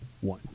one